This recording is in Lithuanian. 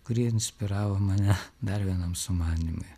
kuri inspiravo mane dar vienam sumanymui